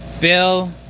Bill